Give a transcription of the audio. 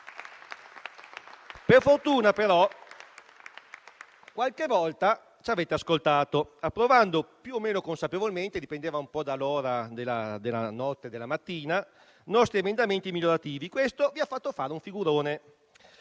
Per fortuna, però, qualche volta ci avete ascoltato, approvando, più o meno consapevolmente - ciò dipendeva un po' dall'ora della notte o della mattina - nostri emendamenti migliorativi e questo vi ha fatto fare un figurone.